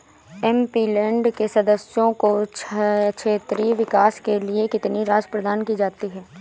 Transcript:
MP land के सदस्यों को क्षेत्रीय विकास के लिए कितनी राशि प्रदान की जाती है?